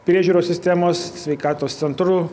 priežiūros sistemos sveikatos centrų